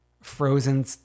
frozen